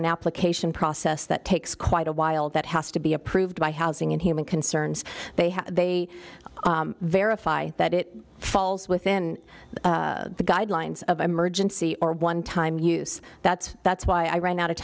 an application process that takes quite a while that has to be approved by housing and human concerns they have they verify that it falls within the guidelines of emergency or one time use that's that's why i ran out of